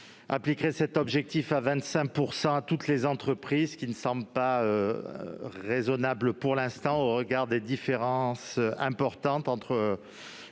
appliquerait cet objectif de 25 % à toutes les entreprises, ce qui ne me semble pas raisonnable au regard des différences importantes entre